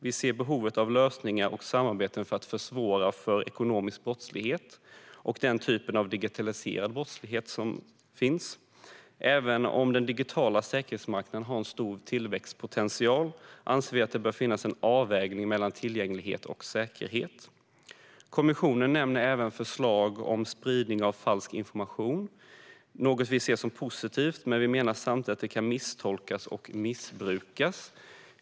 Vi ser behovet av lösningar och samarbeten för att försvåra för ekonomisk brottslighet och den nya typen av digitaliserad brottslighet. Även om den digitala säkerhetsmarknaden har en stor tillväxtpotential anser vi att det bör finnas en avvägning mellan tillgänglighet och säkerhet. Kommissionen nämner även förslag rörande spridning av falsk information. Det är något vi ser som positivt, men vi menar samtidigt att detta kan misstolkas och missbrukas.